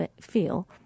feel